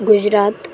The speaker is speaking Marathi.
गुजरात